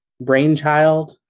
brainchild